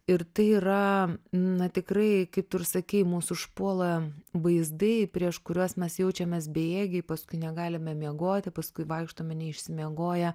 ir tai yra na tikrai kaip tu ir sakei mus užpuola vaizdai prieš kuriuos mes jaučiamės bejėgiai paskui negalime miegoti paskui vaikštome neišsimiegoję